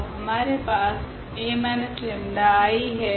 तो हमारे पास 𝐴−𝜆𝐼 है